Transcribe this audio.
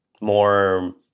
more